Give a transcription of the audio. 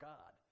God